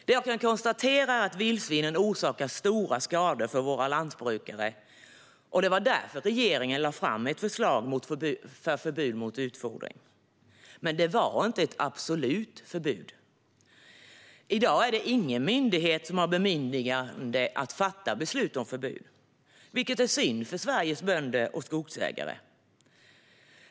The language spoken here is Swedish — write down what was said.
Det jag kan konstatera är att vildsvinen orsakar stora skador för våra lantbrukare, och det var därför regeringen lade fram ett förslag om förbud av utfodring. Men det var inte att absolut förbud. I dag har ingen myndighet bemyndigande att fatta beslut om förbud, vilket är synd för Sveriges bönder och skogsägare.